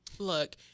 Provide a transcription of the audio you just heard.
Look